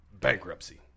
Bankruptcy